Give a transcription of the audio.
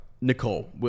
Nicole